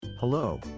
Hello